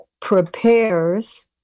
prepares